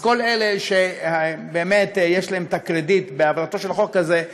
אז כל אלה שיש להם את הקרדיט בהעברתו של החוק הזה,